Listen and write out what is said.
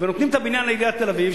ונותנים את הבניין לעיריית תל-אביב,